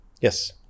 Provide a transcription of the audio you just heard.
Yes